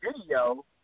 video